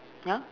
ya